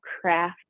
craft